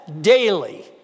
daily